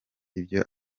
ibyo